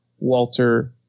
Walter